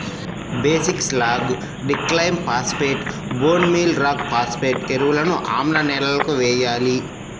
basic slag, డిక్లైమ్ phosphate, bone meal rock phosphate ఎరువులను ఆమ్ల నేలలకు వేయాలి